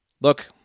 look